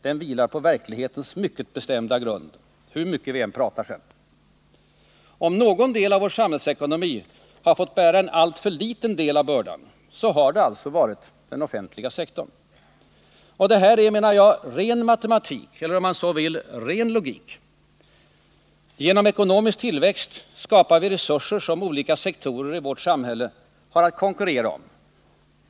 Den vilar på verklighetens mycket bestämda grund, hur mycket vi än pratar. Om någon del av vår samhällsekonomi fått bära en alltför liten del av bördan, har det således varit den offentliga sektorn. Detta är, menar jag, ren matematik — eller, om man så vill, ren logik. Genom ekonomisk tillväxt skapar vi resurser som olika sektorer i vårt samhälle har att konkurrera om.